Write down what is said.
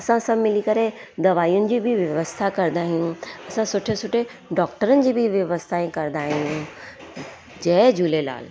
असां सभु मिली करे दवायुनि जी बि व्यवस्था कंदा आहियूं असां सुठे सुठे डॉक्टरनि जी बि व्यवस्थाए कंदा आहियूं जय झूलेलाल